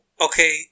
okay